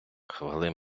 хвали